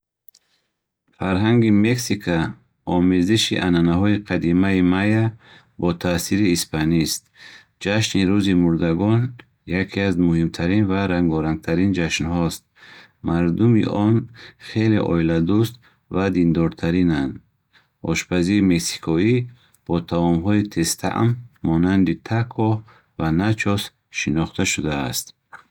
Фарҳанги Мексика омезиши анъанаҳои қадимаи майя бо таъсири испанист. Ҷашни рӯзи мурдагон яке аз муҳимтарин ва рангорангтарин ҷашнҳост. Мардуми он хеле оиладӯст ва диндортаринанд. Ошпазии мексикоӣ бо таомҳои тезтаъм монанди тако ва начос шинохта шудааст.